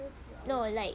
no like